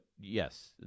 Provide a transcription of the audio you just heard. yes